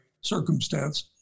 circumstance